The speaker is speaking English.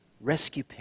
rescue